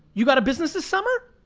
you got a business this summer?